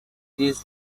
this